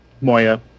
Moya